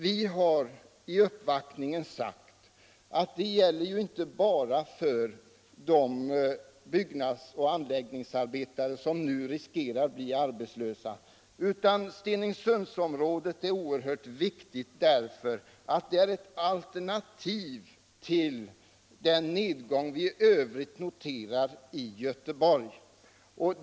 Vi har vid uppvaktningen sagt att detta inte bara gäller för de byggnadsoch anläggningsarbetare som nu riskerar att bli arbetslösa, utan Stenungsundsområdet är oerhört viktigt därför att det är ett alternativ till den nedgång vi i övrigt noterar i Göteborg.